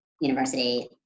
University